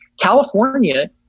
California